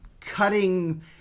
cutting